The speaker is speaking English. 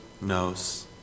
knows